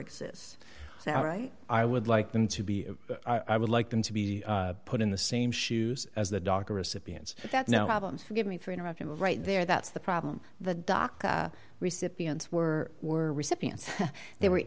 that right i would like them to be i would like them to be put in the same shoes as the doctor recipients that no problems forgive me for interrupting right there that's the problem the doc recipients were were recipients they were